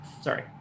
Sorry